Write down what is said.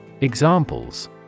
Examples